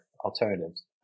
alternatives